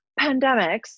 pandemics